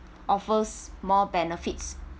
offers more benefits